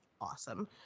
awesome